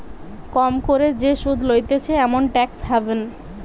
কম করে যে সুধ লইতেছে এমন ট্যাক্স হ্যাভেন